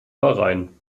bahrain